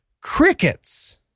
Crickets